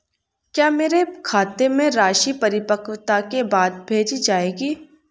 क्या मेरे खाते में राशि परिपक्वता के बाद भेजी जाएगी?